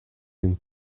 him